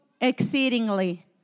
exceedingly